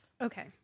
Okay